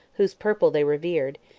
whose purple they revered,